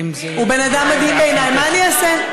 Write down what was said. הוא בן-אדם מדהים בעיני, מה אני אעשה.